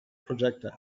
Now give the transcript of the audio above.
projectile